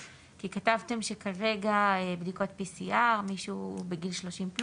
כי כתבתם שכרגע בדיקות PCR למי שהוא בגיל 30+,